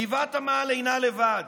גבעת עמל אינה לבד.